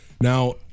Now